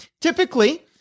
Typically